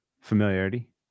familiarity